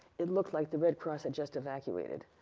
it looked like the red cross had just evacuated.